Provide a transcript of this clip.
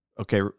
okay